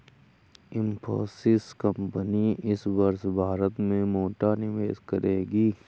Infosys company इस वर्ष भारत में मोटा निवेश करेगी